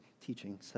teaching